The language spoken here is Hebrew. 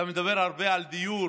אתה מדבר הרבה על דיור